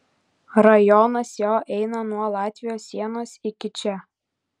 rajonas jo eina nuo latvijos sienos iki čia